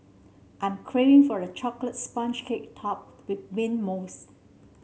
I am craving for a chocolate sponge cake topped with mint mousse